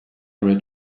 read